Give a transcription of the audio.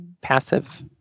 passive